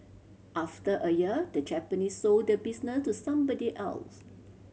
after a year the Japanese sold the business to somebody else